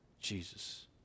Jesus